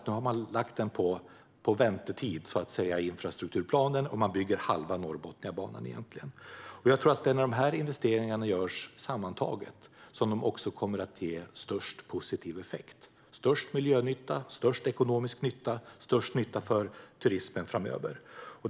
Nu har man lagt den i en väntelista i infrastrukturplanen och bygger egentligen bara halva Norrbotniabanan. Jag tror att det är när dessa investeringar görs sammantaget som de kommer att ge störst effekt - störst miljönytta, störst ekonomisk nytta och störst nytta för turismen framöver.